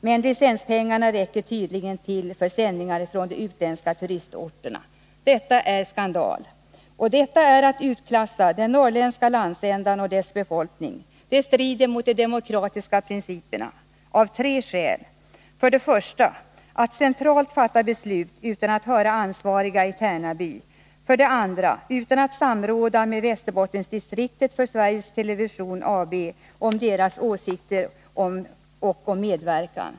Men licenspengarna räcker tydligen till för sändningar från de utländska turistorterna. Detta är skandal. Det är att utklassa den norrländska landsändan och dess befolkning. Det strider mot de demokratiska principerna av tre skäl: 1. Att centralt fatta beslut utan att höra ansvariga i Tärnaby. 2. Utan att samråda med Västerbottendistriktet för Sveriges Television AB om dess åsikter och medverkan.